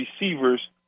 receivers